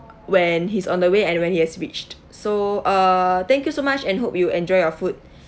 when he's on the way and when he has reached so uh thank you so much and hope you enjoy your food